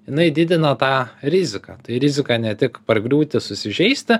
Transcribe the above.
jinai didino tą riziką tai rizika ne tik pargriūti susižeisti